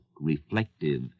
reflective